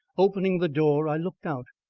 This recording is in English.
opening the door, i looked out.